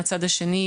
מהצד שני,